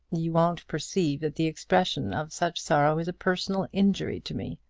you won't perceive that the expression of such sorrow is a personal injury to me.